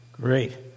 Great